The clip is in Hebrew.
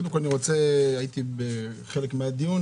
קודם כול הייתי בחלק מהדיון,